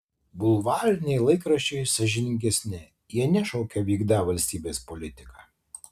bulvariniai laikraščiai sąžiningesni jie nešaukia vykdą valstybės politiką